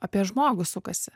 apie žmogų sukasi